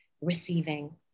receiving